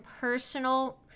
personal